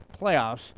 playoffs